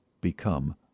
become